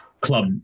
club